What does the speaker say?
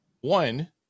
One